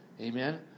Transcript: amen